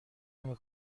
نمی